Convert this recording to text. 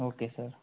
okay sir